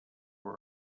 were